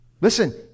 Listen